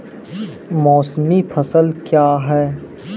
मौसमी फसल क्या हैं?